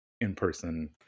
in-person